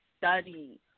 study